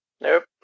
Nope